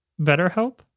BetterHelp